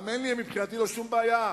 האמן לי, הם, מבחינתי, לא שום בעיה.